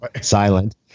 silent